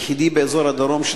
היחידי באזור הדרום,